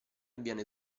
avviene